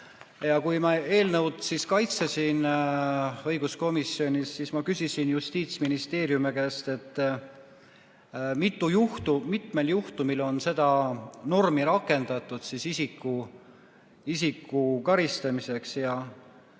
Ja kui ma eelnõu kaitsesin õiguskomisjonis, siis ma küsisin Justiitsministeeriumi käest, mitmel juhtumil on seda normi rakendatud isiku karistamiseks.